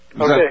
Okay